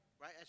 right